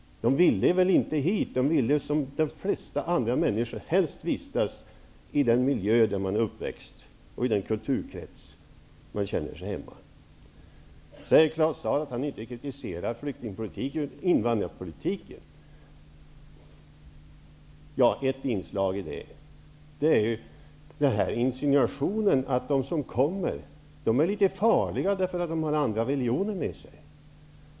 De ville väl inte hit. De ville väl som de flesta människor helst vistas i den miljö där de är uppväxta och i den kulturkrets där de känner sig hemma. Claus Zaar säger att han inte kritiserar flyktingpolitiken utan invandrarpolitiken. Ett inslag i det är ju insinuationen att de som kommer är litet farliga eftersom de har andra religioner med sig.